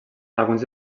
alguns